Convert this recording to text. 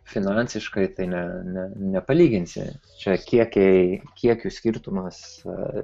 finansiškai tai ne ne nepalyginsi čia kiekiai kiekių skirtumas ar